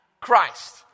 Christ